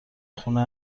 خونه